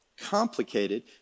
Complicated